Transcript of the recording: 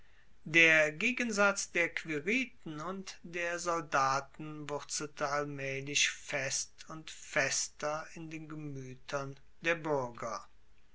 der gegensatz der quiriten und der soldaten wurzelte allmaehlich fest und fester in den gemuetern der buerger